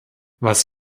was